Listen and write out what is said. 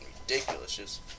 ridiculous